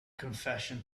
confession